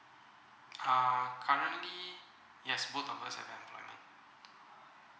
uh currently yes both of us are employed